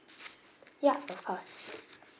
yeah of course